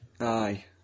Aye